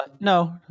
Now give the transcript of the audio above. No